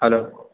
hello